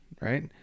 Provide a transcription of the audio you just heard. right